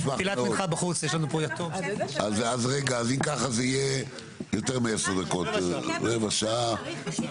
אז אם ככה זה יהיה יותר מעשר דקות, רבע שעה.